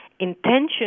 intention